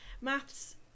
Maths